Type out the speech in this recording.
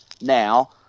now